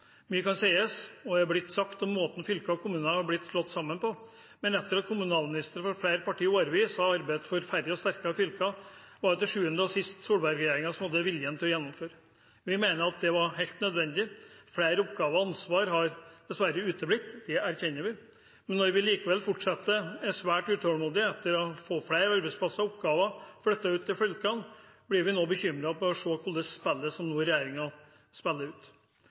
Mye kan sies – og er blitt sagt – om måten fylker og kommuner har blitt slått sammen på, men etter at kommunalministre fra flere partier i årevis har arbeidet for færre og sterkere fylker, var det til syvende og sist Solberg-regjeringen som hadde viljen til å gjennomføre. Vi mener at det var helt nødvendig. Flere oppgaver og ansvar har dessverre uteblitt. Det erkjenner vi, men når vi likevel fortsetter og er svært utålmodige etter å få flere arbeidsplasser og oppgaver flyttet ut til fylkene, blir vi bekymret over å se det spillet som regjeringen nå spiller ut.